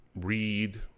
Read